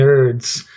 nerds